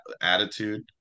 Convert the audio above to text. attitude